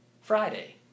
Friday